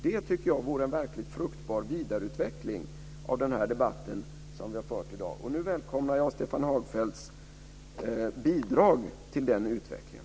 Det tycker jag vore en verkligt fruktbar vidareutveckling av den debatt som vi har fört i dag. Nu välkomnar jag Stefan Hagfeldts bidrag till den utvecklingen.